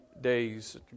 days